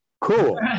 cool